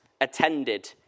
attended